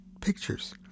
pictures